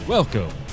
Welcome